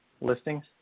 listings